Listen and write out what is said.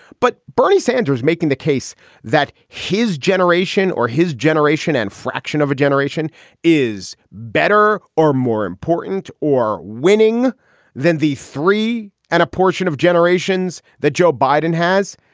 but bernie sanders making the case that his generation or his generation and fraction of a generation is better or more important or winning than these three and a portion of generations that joe biden has.